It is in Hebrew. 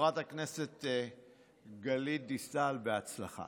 חברת הכנסת גלית דיסטל, בהצלחה.